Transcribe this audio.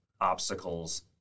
obstacles